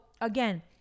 again